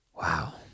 Wow